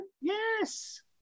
Yes